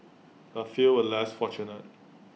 A few were less fortunate